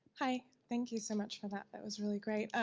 hi, thank you so much for that, that was really great.